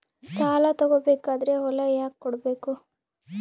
ಸಾಲ ತಗೋ ಬೇಕಾದ್ರೆ ಹೊಲ ಯಾಕ ಕೊಡಬೇಕು?